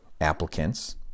applicants